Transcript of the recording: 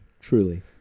Truly